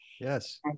Yes